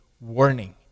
warning